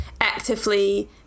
Actively